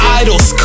idols